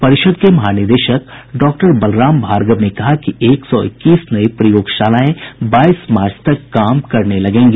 परिषद के महानिदेशक डॉक्टर बलराम भार्गव ने कहा कि एक सौ इक्कीस नई प्रयोगशालाएं बाईस मार्च तक काम करने लगेंगी